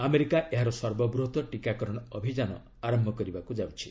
America ଏହାର ସର୍ବବୃହତ୍ ଟୀକାକରଣ ଅଭିଯାନ ଆରମ୍ଭ କରିବାକୁ ଯାଉଛି